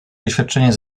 doświadczenie